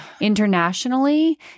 internationally